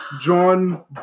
John